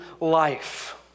life